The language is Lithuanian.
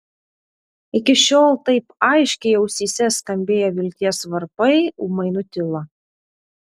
iki šiol taip aiškiai ausyse skambėję vilties varpai ūmai nutilo